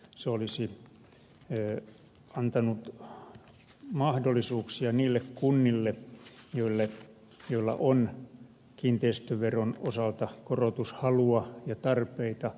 se olisi antanut mahdollisuuksia niille kunnille joilla on kiinteistöveron osalta korotushalua ja tarpeita